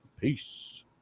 peace